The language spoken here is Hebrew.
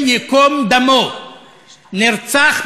אולי תשתקי?